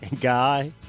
guy